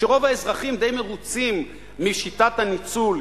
"שרוב האזרחים די מרוצים משיטת הניצול,